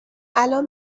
الان